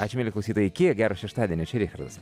ačiū mieli klausytojai iki gero šeštadienio čia richardas